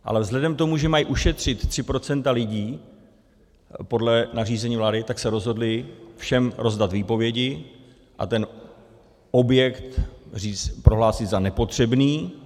Ale vzhledem k tomu, že mají ušetřit 3 % lidí podle nařízení vlády, tak se rozhodli všem rozdat výpovědi a ten objekt prohlásit za nepotřebný.